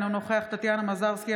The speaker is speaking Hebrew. אינו נוכח טטיאנה מזרסקי,